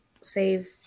save